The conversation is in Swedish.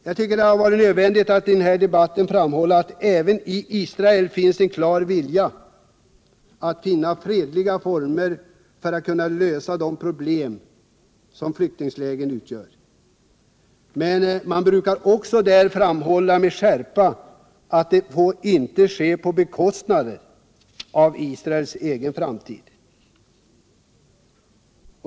Jag tycker det är nödvändigt att i denna debatt framhålla att det även i Israel finns en klar vilja att finna fredliga former så att problemen med flyktinglägren kan lösas. Men man brukar också med skärpa framhålla att det inte får ske på bekostnad av Israels egen framtid.